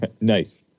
Nice